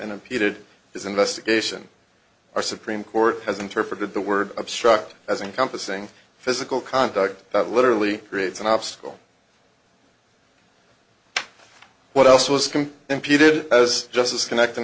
and impeded his investigation our supreme court has interpreted the word obstruct as encompassing physical contact that literally creates an obstacle what else was can impede it as justice connecting